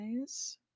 guys